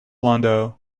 landau